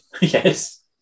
Yes